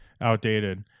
outdated